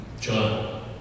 John